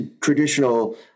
traditional